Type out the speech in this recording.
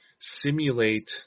simulate